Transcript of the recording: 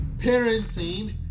parenting